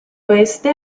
oeste